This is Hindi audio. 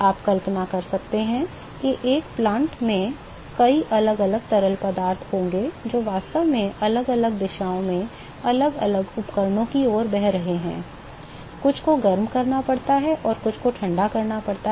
आप कल्पना कर सकते हैं कि एक प्लांट में कई अलग अलग तरल पदार्थ होंगे जो वास्तव में अलग अलग दिशाओं में अलग अलग उपकरणों की ओर बह रहे हैं कुछ को गर्म करना पड़ता है और कुछ को ठंडा करना पड़ता है